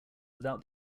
without